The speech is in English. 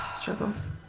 struggles